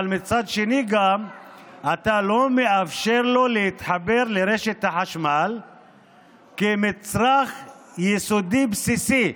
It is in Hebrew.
אבל מצד שני אתה לא מאפשר לו להתחבר לרשת החשמל כמצרך יסודי בסיסי,